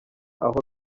aho